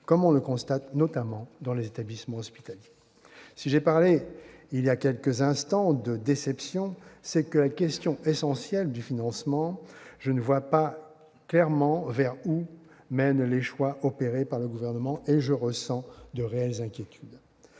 comme on le constate notamment dans les établissements hospitaliers. Si j'ai parlé il y a quelques instants de déception, c'est que, sur la question essentielle du financement, je ne vois pas clairement où nous mènent les choix opérés par le Gouvernement ; je ressens même, en la matière,